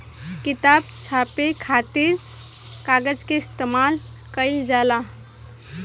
किताब छापे खातिर कागज के इस्तेमाल कईल जाला